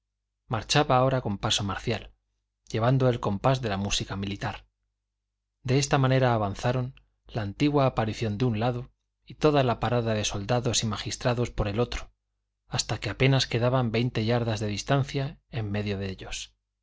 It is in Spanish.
marchaba ahora con paso marcial llevando el compás de la música militar de esta manera avanzaron la antigua aparición de un lado y toda la parada de soldados y magistrados por el otro hasta que apenas quedaban veinte yardas de distancia en medio de ellos